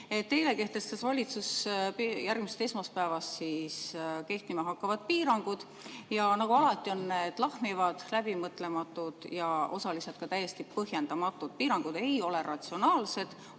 Eile kehtestas valitsus järgmisest esmaspäevast kehtima hakkavad piirangud ja nagu alati on need lahmivad, läbimõtlemata ja osaliselt ka täiesti põhjendamatud. Piirangud ei ole ratsionaalsed,